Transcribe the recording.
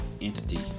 entity